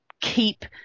keep